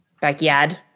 Backyard